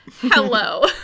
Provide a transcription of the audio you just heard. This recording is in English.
Hello